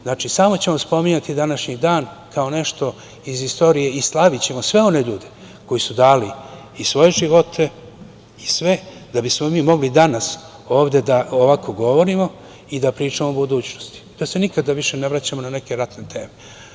Znači, samo ćemo spominjati današnji dan kao nešto iz istorije i slavićemo sve one ljude koji su dali i svoje živote i sve da bismo mi mogli danas ovde da ovako govorimo i da pričamo o budućnosti, da se nikada više ne vraćamo na neke ratne teme.